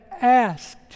asked